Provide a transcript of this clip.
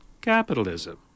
Capitalism